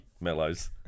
Mellows